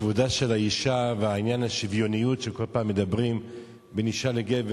כבודה של האשה ועניין השוויוניות שבכל פעם מדברים עליו בין אשה לגבר,